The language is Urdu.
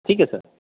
ٹھیک ہے سر